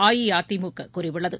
அஇஅதிமுக கூறியுள்ளது